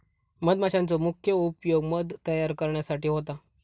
मधमाशांचो मुख्य उपयोग मध तयार करण्यासाठी होता